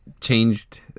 changed